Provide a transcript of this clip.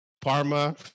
Parma